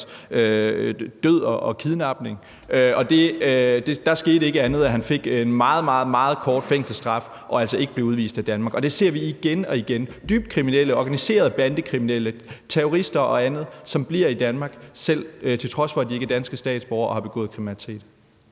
død og kidnapningen af andre, og der skete ikke andet, end at han fik en meget, meget kort fængselsstraf og altså ikke blev udvist af Danmark. Og det ser vi igen og igen – dybt kriminelle, organiserede bandekriminelle, terrorister og andre, som bliver i Danmark, til trods for at de ikke er danske statsborgere og har begået kriminalitet.